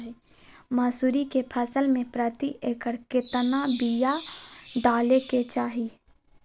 मसूरी के फसल में प्रति एकड़ केतना बिया डाले के चाही?